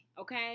okay